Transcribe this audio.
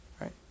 Right